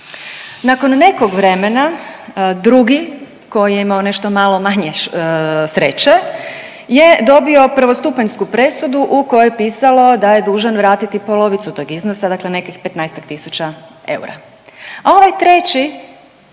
Nakon nekog vremena drugi koji je imao nešto malo manje sreće je dobio prvostupanjsku presudu u kojoj je pisalo da je dužan vratiti polovicu tog iznosa, dakle nekih 15-tak